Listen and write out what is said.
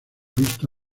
visto